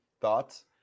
Thoughts